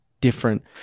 different